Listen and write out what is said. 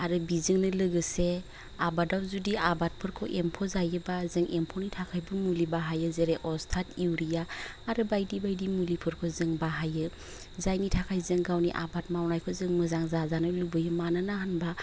आरो बिजोंनो लोगोसे आबादाव जुदि आबादफोरखौ एम्फौ जायोबा जों एम्फौनि थाखायबो मुलि बाहायो जेरै असथात इउरिया आरो बायदि बायदि मुलिफोरखौ जों बाहायो जायनि थाखाय जों गावनि आबाद मावनायखौ जों मोजां जाजानो लुबैयो मानोना होमबा